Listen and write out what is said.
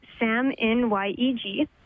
SamNYEG